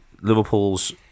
Liverpool's